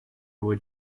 were